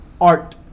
art